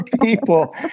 people